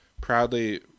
proudly